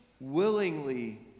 willingly